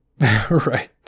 right